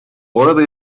orada